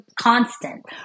constant